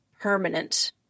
permanent